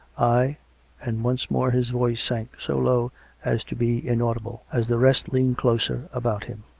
i and once more his voice sank so low as to be inaudible as the rest leaned closer about him.